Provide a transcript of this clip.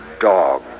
dog